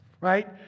right